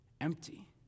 empty